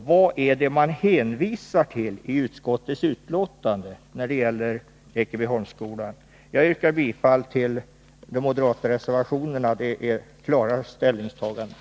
Vad är det man hänvisar till i utskottets betänkande när det gäller Ekebyholmsskolan? Jag yrkar bifall till de moderata reservationerna. De är klara ställningstaganden.